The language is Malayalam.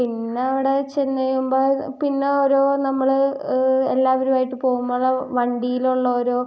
പിന്നെ അവിടെ ചെന്നുകഴിയുമ്പോൾ പിന്നെ ഓരോ നമ്മൾ എല്ലാവരുമായിട്ട് പൊകുമ്പോൾ ഉള്ള വണ്ടിയിൽ ഉള്ള ഓരോ